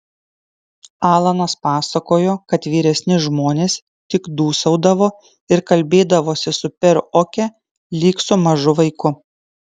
alanas pasakojo kad vyresni žmonės tik dūsaudavo ir kalbėdavosi su peru oke lyg su mažu vaiku